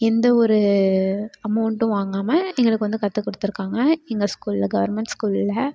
எந்த ஒரு அமௌண்ட்டும் வாங்காமல் எங்களுக்கு வந்து கற்றுக் கொடுத்துருக்காங்க எங்க ஸ்கூலில் கவர்மெண்ட் ஸ்கூலில்